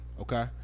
okay